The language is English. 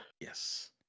Yes